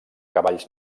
cavalls